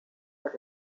but